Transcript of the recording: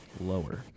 lower